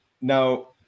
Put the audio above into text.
Now